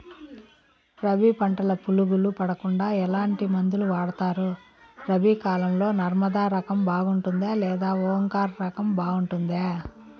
రబి పంటల పులుగులు పడకుండా ఎట్లాంటి మందులు వాడుతారు? రబీ కాలం లో నర్మదా రకం బాగుంటుందా లేదా ఓంకార్ రకం బాగుంటుందా?